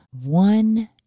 one